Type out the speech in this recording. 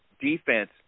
defense